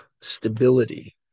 stability